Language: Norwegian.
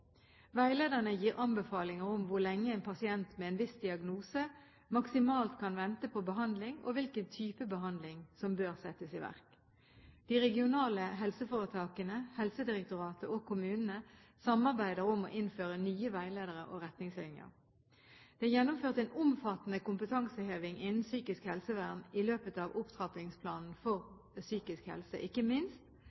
Veilederne gir anbefalinger om hvor lenge en pasient med en viss diagnose maksimalt kan vente på behandling, og hvilken type behandling som bør settes i verk. De regionale helseforetakene, Helsedirektoratet og kommunene samarbeider om å innføre nye veiledere og retningslinjer. Det er gjennomført en omfattende kompetanseheving innen psykisk helsevern i løpet av Opprappingsplanen for